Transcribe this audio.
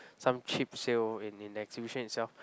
some cheap sale in in exhibition itself